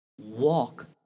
Walk